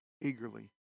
eagerly